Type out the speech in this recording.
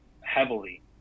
heavily